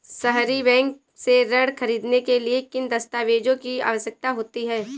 सहरी बैंक से ऋण ख़रीदने के लिए किन दस्तावेजों की आवश्यकता होती है?